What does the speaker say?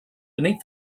beneath